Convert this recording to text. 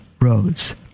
roads